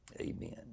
amen